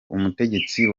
umutegetsi